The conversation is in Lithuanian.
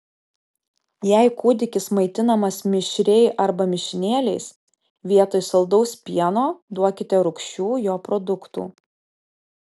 jei kūdikis maitinamas mišriai arba mišinėliais vietoj saldaus pieno duokite rūgščių jo produktų